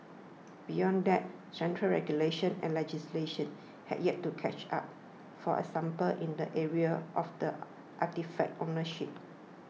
beyond that central regulation and legislation have yet to catch up for example in the area of the artefact ownership